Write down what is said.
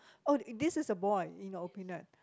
oh this is a boy in your opinion